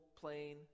plain